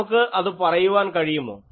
നമുക്ക് അത് പറയുവാൻ കഴിയുമോ